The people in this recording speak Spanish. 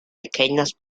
pequeñas